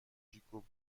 جیکوب